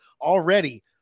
already